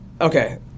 Okay